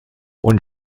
und